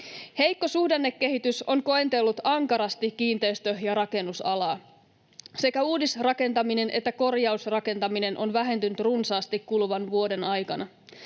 Heikko suhdannekehitys on koetellut ankarasti kiinteistö- ja rakennusalaa. Sekä uudisrakentaminen että korjausrakentaminen ovat vähentyneet runsaasti kuluvan vuoden aikana.